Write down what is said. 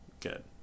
good